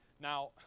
Now